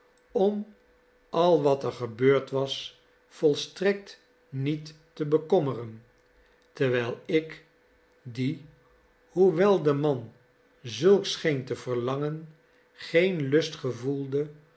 om al wat er gebeurd was volstrekt niet te bekommeren terwijl ik die hoewel de man zulks scheen te verlangen geen lust gevoelde